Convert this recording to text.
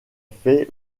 fait